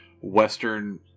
western